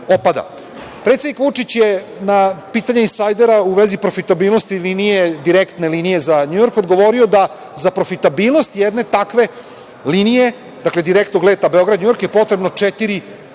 opada. Predsednik Vučić je na pitanje "Insajdera" u vezi profitabilnosti direktne linije za Njujork odgovorio da je za profitabilnost jedne takve linije, dakle direktnog leta Beograd-Njujork, potrebno četiri do pet